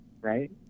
right